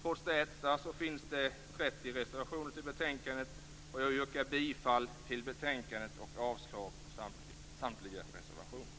Trots detta finns det 30 reservationer fogade till betänkandet. Jag yrkar bifall till hemställan i betänkandet och avslag på samtliga reservationer.